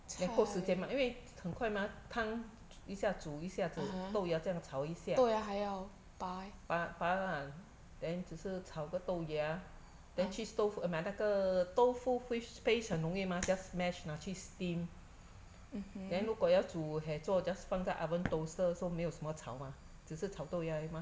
有够时间嘛因为很快嘛汤煮一下煮一下子豆芽这样炒一下拔拔啦 then 只是炒个豆芽 then 去 stove 拿那个豆腐 fish paste 很容易嘛 just mash 拿去 steam then 如果要煮 hei zho just 放在 oven toaster so 没有什么炒嘛只是炒豆芽而已嘛